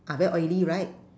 ah very oily right